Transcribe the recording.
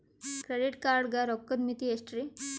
Credit card ಗ ರೋಕ್ಕದ್ ಮಿತಿ ಎಷ್ಟ್ರಿ?